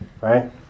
Right